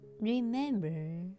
Remember